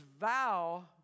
vow